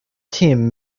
team